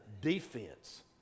defense